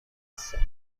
خسته